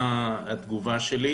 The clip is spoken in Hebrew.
חבר הכנסת טיבי, בבקשה.